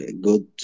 good